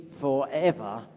forever